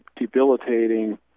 debilitating